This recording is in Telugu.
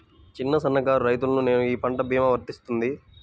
చిన్న సన్న కారు రైతును నేను ఈ పంట భీమా వర్తిస్తుంది?